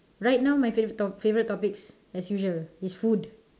right now my favorite top favorite topics as usual is food